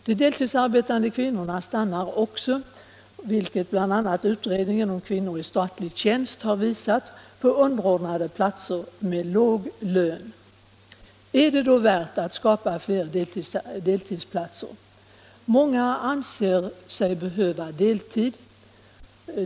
De deltidsarbetande kvinnorna stannar också, vilket bl.a. utredningen om kvinnor i statlig tjänst har visat, på underordnade platser med låg lön. Är det då värt att skapa fler deltidsplatser? Många anser sig behöva deltid.